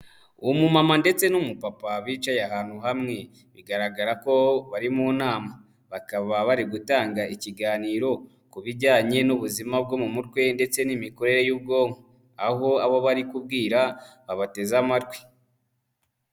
Umumama ndetse n'umupapa bicaye ahantu hamwe, bigaragara ko bari mu nama, bakaba bari gutanga ikiganiro ku bijyanye n'ubuzima bwo mu mutwe ndetse n'imikorere y'ubwonko, aho abo bari kubwira babateza amatwi.